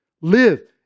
Live